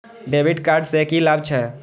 डेविट कार्ड से की लाभ छै?